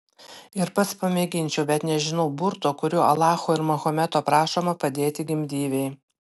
ir pats pamėginčiau bet nežinau burto kuriuo alacho ir mahometo prašoma padėti gimdyvei